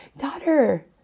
daughter